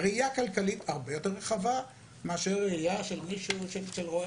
-- ראייה כלכלית הרבה יותר רחבה מאשר ראייה של רואה